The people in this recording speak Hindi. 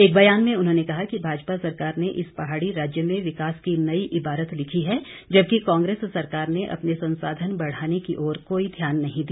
एक ब्यान में उन्होंने कहा कि भाजपा सरकार ने इस पहाड़ी राज्य में विकास की नई इबारत लिखी है जबकि कांग्रेस सरकार ने अपने संसाधन बढ़ाने की ओर कोई ध्यान नहीं दिया